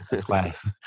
class